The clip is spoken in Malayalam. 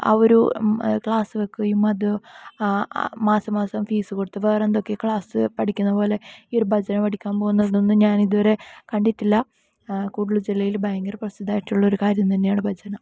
ഒരു ക്ലാസ് വെക്കുകയും അത് മാസം മാസം ഫീസ് കൊടുത്ത് വേറെന്തൊക്കെ ക്ലാസ് പഠിക്കുന്ന പോലെ ഈ ഭജന പഠിക്കാൻ പോകുന്നതൊന്നും ഞാനിതുവരെ കണ്ടിട്ടില്ല കൂഡലൂ ജില്ലയിൽ ഭയങ്കര പ്രസിദ്ധമായിട്ടുള്ള കാര്യം തന്നെയാണ് ഭജന